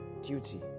Duty